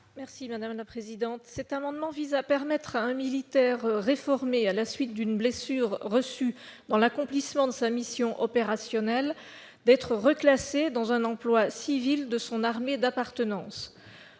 Mme Sylvie Vermeillet. Cet amendement vise à offrir à un militaire réformé à la suite d'une blessure reçue dans l'accomplissement de sa mission opérationnelle la possibilité d'être reclassé dans un emploi civil de son armée d'appartenance.